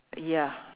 ya